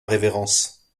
révérence